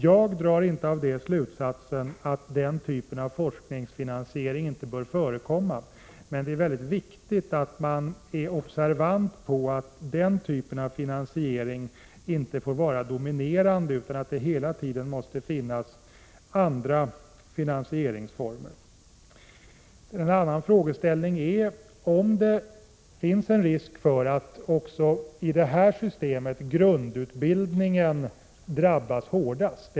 Jag drar inte av det slutsatsen att den typen av forskningsfinansiering inte bör förekomma, men det är mycket viktigt att man är observant på att den typen av finansiering inte får vara dominerande, utan att det hela tiden måste finnas andra finansieringsformer. En annan frågeställning är om det finns en risk för att också i det här systemet grundutbildningen drabbas hårdast.